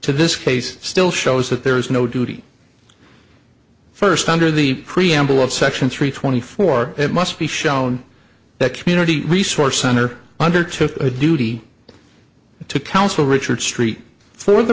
to this case still shows that there is no duty first under the preamble of section three twenty four it must be shown that community resource center undertook a duty to counsel richard st for the